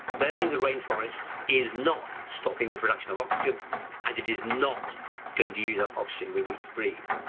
burning the rainforests is not stopping the production of oxygen and it is not going to use up oxygen we need to breathe.